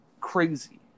crazy